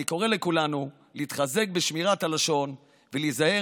אני קורא לכולנו להתחזק בשמירת הלשון ולהיזהר